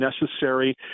necessary